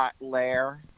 Lair